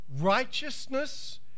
Righteousness